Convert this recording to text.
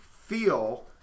feel